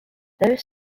those